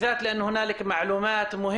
תהיה לנו ישיבה ודיון בשבוע הבא עם